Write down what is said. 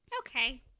Okay